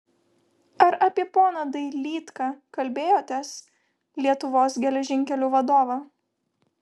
ar apie poną dailydką kalbėjotės lietuvos geležinkelių vadovą